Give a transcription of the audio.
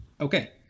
Okay